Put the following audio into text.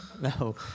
No